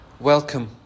Welcome